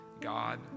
God